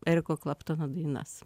eriko klaptono dainas